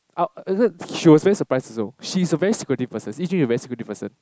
oh is it she was very surprised also she is a very secretive person Yi-Jun is a very secretive person